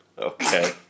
Okay